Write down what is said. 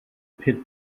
pit